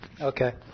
Okay